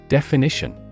Definition